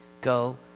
go